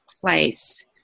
place